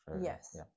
Yes